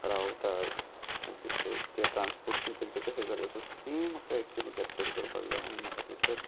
रावता okay so ते transportation तेंचें कशें करता सो तें म्हाका एक्चुली कॅप्चर करपाक जाय म्हणून म्हाका थंयसर